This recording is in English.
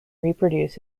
reproduce